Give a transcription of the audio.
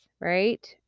right